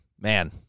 Man